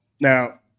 Now